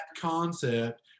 concept